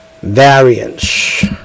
Variance